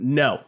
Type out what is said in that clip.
no